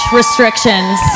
restrictions